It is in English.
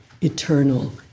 eternal